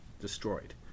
destroyed